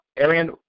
Arian